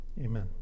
Amen